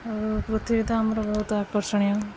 ଆଉ ପୃଥିବୀ ତ ଆମର ବହୁତ ଆକର୍ଷଣୀୟ